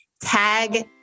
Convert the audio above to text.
tag